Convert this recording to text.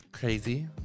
Crazy